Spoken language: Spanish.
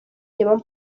llevan